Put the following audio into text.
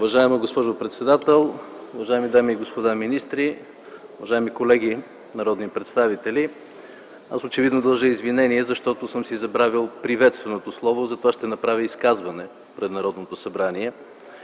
Уважаема госпожо председател, уважаеми дами и господа министри, уважаеми колеги народни представители! Очевидно дължа извинение, защото съм забравил приветственото си слово, затова ще направя изказване пред Народното събрание.